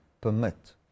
permit